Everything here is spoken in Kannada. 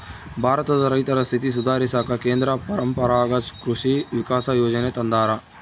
ಭಾರತದ ರೈತರ ಸ್ಥಿತಿ ಸುಧಾರಿಸಾಕ ಕೇಂದ್ರ ಪರಂಪರಾಗತ್ ಕೃಷಿ ವಿಕಾಸ ಯೋಜನೆ ತಂದಾರ